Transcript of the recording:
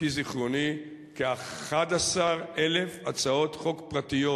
על-פי זיכרוני, כ-11,000 הצעות חוק פרטיות.